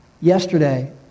Yesterday